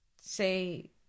say